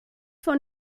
von